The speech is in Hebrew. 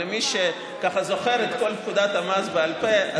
מי שזוכר את כל פקודת המס בעל פה,